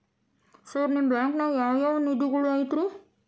Sir ನಿಮ್ಮ ಬ್ಯಾಂಕನಾಗ ಯಾವ್ ಯಾವ ನಿಧಿಗಳು ಐತ್ರಿ?